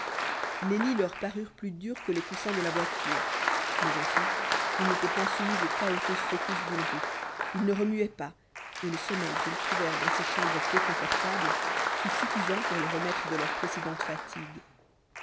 les lits leur parurent plus durs que les coussins de la voiture mais enfin ils n'étaient point soumis aux cahoteuses secousses d'une route ils ne remuaient pas et le sommeil qu'ils trouvèrent dans ces chambres peu confortables fut suffisant pour les remettre de leurs précédentes fatigues